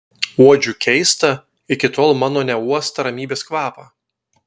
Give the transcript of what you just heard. uodžiu keistą iki tol mano neuostą ramybės kvapą